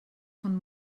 von